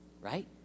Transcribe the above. Right